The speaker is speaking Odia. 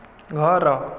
ଘର